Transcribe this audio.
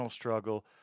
struggle